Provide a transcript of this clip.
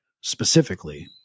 specifically